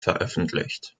veröffentlicht